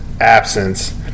absence